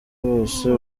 bose